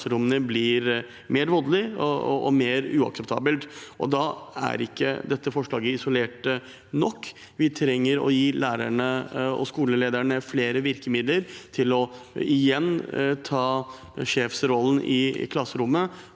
blir mer voldelig og mer uakseptabel. Da er ikke dette forslaget isolert sett nok. Vi trenger å gi lærerne og skolelederne flere virkemidler til igjen å ta sjefsrollen i klasserommet,